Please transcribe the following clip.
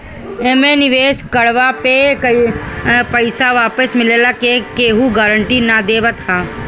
एमे निवेश कइला पे पईसा वापस मिलला के केहू गारंटी ना देवत हअ